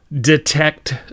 detect